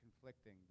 conflicting